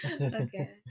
Okay